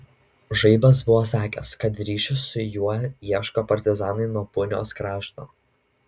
žaibas buvo sakęs kad ryšio su juo ieško partizanai nuo punios krašto